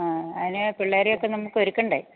ആ അതിന് പിള്ളേരെയൊക്കെ നമുക്ക് ഒരുക്കണ്ടേ